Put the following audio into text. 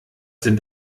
sind